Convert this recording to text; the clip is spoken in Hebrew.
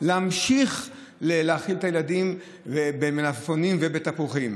להמשיך להאכיל את הילדים במלפפונים ובתפוחים,